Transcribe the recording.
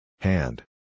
Hand